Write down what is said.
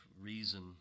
reason